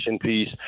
piece